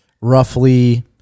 roughly